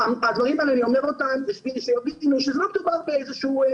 הדברים האלה, אני אומר אותם, יש פה בעיה